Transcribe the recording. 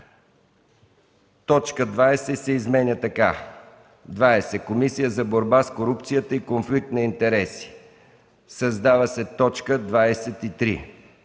точка 20 се изменя така: „20. Комисия за борба с корупцията и конфликт на интереси;” в) създава се т. 23: